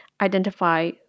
identify